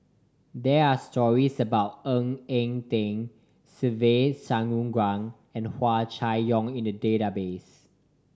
there are stories about Ng Eng Teng Se Ve Shanmugam and Hua Chai Yong in the database